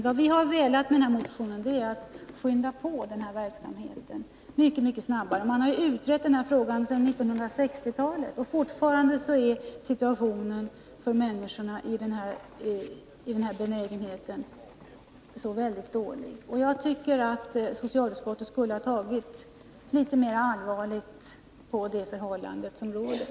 Vad vi har velat med motionen är att skynda på verksamheten så att det hela går mycket snabbare. Frågan har utretts sedan 1960-talet, och fortfarande är situationen för människorna i den här belägenheten mycket dålig. Jag tycker att socialutskottet borde ha tagit litet mer allvarligt på den situation som råder.